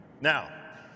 Now